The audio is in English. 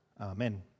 Amen